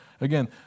Again